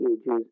ages